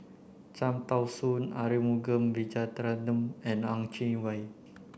Cham Tao Soon Arumugam Vijiaratnam and Ang Chwee Chai